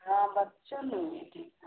हाँ बच्चा नहीं है ठीक ठाक